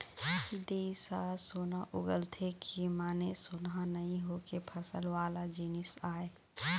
देस ह सोना उगलथे के माने सोनहा नइ होके फसल वाला जिनिस आय